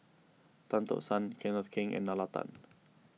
Tan Tock San Kenneth Keng and Nalla Tan